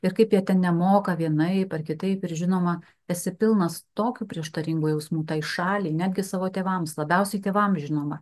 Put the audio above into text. ir kaip jie ten nemoka vienaip ar kitaip ir žinoma esi pilnas tokių prieštaringų jausmų tai šaliai netgi savo tėvams labiausiai tėvams žinoma